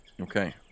Okay